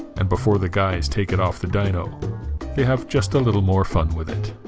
and before the guys take it off the dyno they have just a little more fun with it